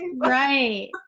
Right